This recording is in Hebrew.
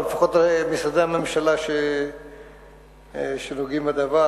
או לפחות משרדי הממשלה שנוגעים בדבר,